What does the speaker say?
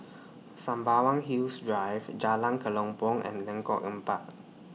Sembawang Hills Drive Jalan Kelempong and Lengkok Empat